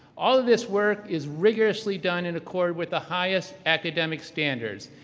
all of this work is rigorously done in accord with the highest academic standards,